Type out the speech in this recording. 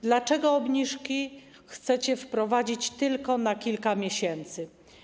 Dlaczego obniżki chcecie wprowadzić tylko na kilka miesięcy?